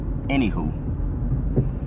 anywho